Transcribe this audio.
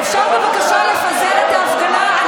אפשר בבקשה לפזר את ההפגנה?